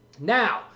Now